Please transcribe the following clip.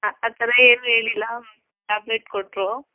ಆ ಥರ ಏನು ಹೇಳಿಲ್ಲ ಟ್ಯಾಬ್ಲೆಟ್ ಕೊಟ್ಟರು